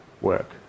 work